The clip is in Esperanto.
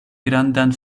grandan